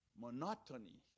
monotony